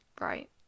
right